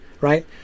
right